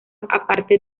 aparte